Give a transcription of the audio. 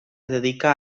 dedica